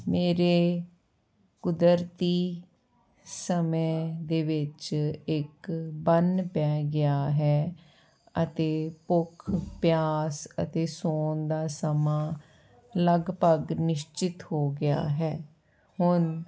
ਮੇਰੇ ਕੁਦਰਤੀ ਸਮੇਂ ਦੇ ਵਿੱਚ ਇੱਕ ਬੰਨ ਪੈ ਗਿਆ ਹੈ ਅਤੇ ਭੁੱਖ ਪਿਆਸ ਅਤੇ ਸੌਣ ਦਾ ਸਮਾਂ ਲਗਭਗ ਨਿਸ਼ਚਿਤ ਹੋ ਗਿਆ ਹੈ ਹੁਣ